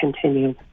continue